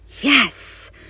yes